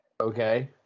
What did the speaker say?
okay